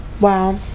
Wow